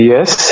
Yes